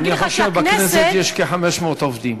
אני חושב שבכנסת יש כ-500 עובדים,